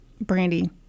Brandy